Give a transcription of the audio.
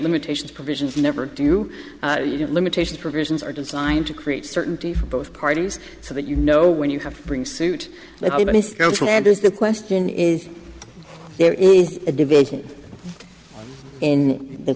limitations provisions never do you limitations provisions are designed to create certainty for both parties so that you know when you have to bring suit and is the question is there is a division in the